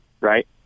right